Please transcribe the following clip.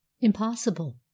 impossible